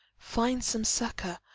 find some succor,